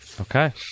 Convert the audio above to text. Okay